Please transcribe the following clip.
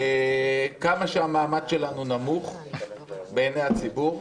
כמה שהמעמד שלנו נמוך בעיני הציבור,